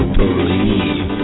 believe